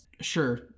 sure